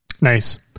nice